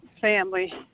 family